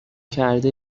کرده